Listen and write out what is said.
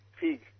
fig